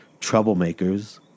troublemakers